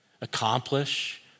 Accomplish